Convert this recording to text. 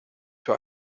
für